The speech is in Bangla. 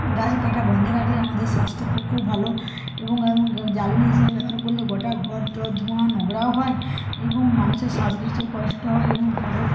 গাছ কাটা বন্ধ রাখলে আমাদের স্বাস্থ্যর পক্ষেও ভালো এবং এবং জ্বালানি হিসেবে ব্যবহার করলেও গোটা ঘর টর ধোঁয়া নোংরাও হয় এবং মানুষের শ্বাস নিতেও কষ্ট হয় এবং ঘরেও